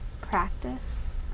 practice